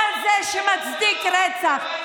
אתה זה שמצדיק רצח,